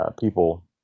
people